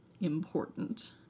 important